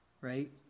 right